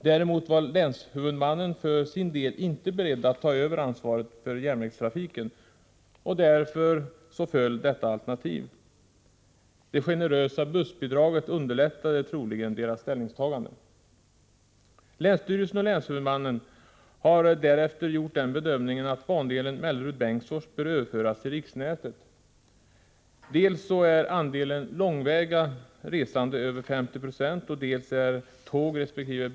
Däremot var länshuvudmannen för sin del inte beredd att ta över ansvaret för järnvägstrafiken, och därför föll detta alternativ. Det generösa bussbidraget underlättade troligen deras ställningstagande. Länsstyrelsen och länshuvudmannen har därefter gjort den bedömningen att bandelen Mellerud-Bengtsfors bör överföras till riksnätet. Dels är andelen långväga resande över 50 96, dels är tågresp.